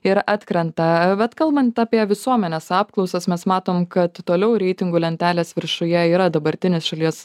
ir atkrenta bet kalbant apie visuomenės apklausas mes matom kad toliau reitingų lentelės viršuje yra dabartinis šalies